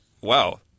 wow